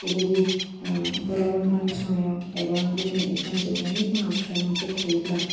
बेबायदि गरम बन्दनि समायाव एबा बिदिनो इक्जाम जोबनायनि उनाव ट्रेनिंफोर थायोब्ला